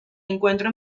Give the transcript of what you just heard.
encuentro